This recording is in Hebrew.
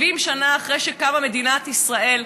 70 שנה אחרי שקמה מדינת ישראל,